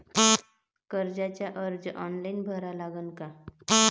कर्जाचा अर्ज ऑनलाईन भरा लागन का?